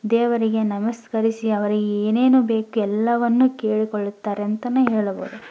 ದೇವರಿಗೆ ನಮಸ್ಕರಿಸಿ ಅವರಿಗೆ ಏನೇನು ಬೇಕು ಎಲ್ಲವನ್ನೂ ಕೇಳಿಕೊಳ್ಳುತ್ತಾರೆ ಅಂತಲೇ ಹೇಳಬೋದು